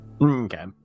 Okay